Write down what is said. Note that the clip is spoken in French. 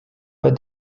pas